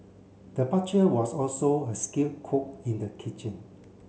the butcher was also a skilled cook in the kitchen